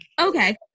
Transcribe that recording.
okay